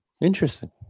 Interesting